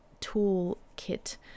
toolkit